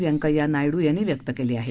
व्यंकय्या नायडू यांनी व्यक्त केली आहे